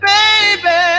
Baby